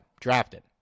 drafted